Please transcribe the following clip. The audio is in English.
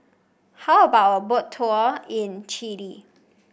how about a Boat Tour in Chile